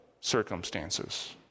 circumstances